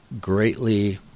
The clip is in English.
greatly